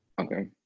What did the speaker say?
Okay